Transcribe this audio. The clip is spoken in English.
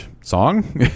song